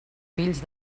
fills